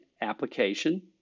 application